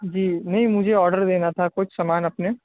جی نہیں مجھے آڈر دینا تھا کچھ سامان اپنے